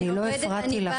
אבל אני לא הפרעתי לך.